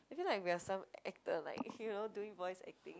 I feel like we're some actor like you know doing voice acting